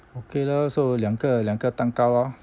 okay lah so 两个两个蛋糕啊